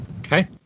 Okay